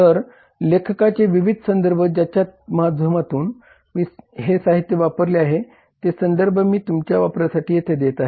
तर लेखकाचे विविध संदर्भ ज्यांच्यामाध्यमातून मी हे साहित्य वापरले आहे ते संधर्भ मी तुमच्या वापरासाठी येथे देत आहे